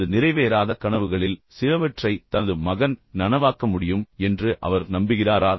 தனது நிறைவேறாத கனவுகளில் சிலவற்றை தனது மகன் நனவாக்க முடியும் என்று அவர் நம்புகிறாரா